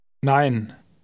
Nein